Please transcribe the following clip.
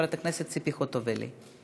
חברת הכנסת ציפי חוטובלי.